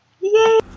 Yay